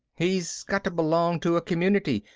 he's got to belong to a community,